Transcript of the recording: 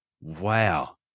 Wow